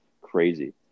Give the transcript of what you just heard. crazy